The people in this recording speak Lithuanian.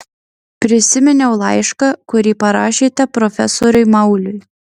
prisiminiau laišką kurį parašėte profesoriui mauliui